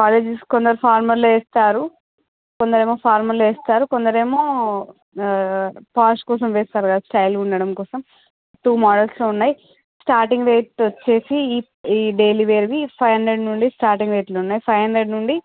కాలేజెస్కి కొందరు ఫార్మల్ వేస్తారు కొందరేమో ఫార్మల్ వేస్తారు కొందరేమో ఫాష్ కోసం వేస్తారు స్టైల్గా ఉండడం కోసం టూ మోడల్స్ ఉన్నాయి స్టార్టింగ్ రేట్స్ వచ్చేసి ఇ ఈ డైలీవేర్వి ఫైవ్ హండ్రెడ్ నుండి స్టార్టింగ్ రేట్లున్నాయి ఫైవ్ హండ్రెడ్ నుండి